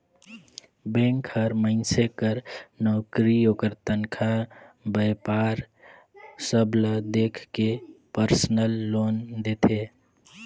bank हर मइनसे कर नउकरी, ओकर तनखा, बयपार सब ल देख के परसनल लोन देथे